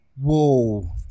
Whoa